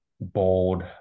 bold